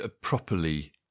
properly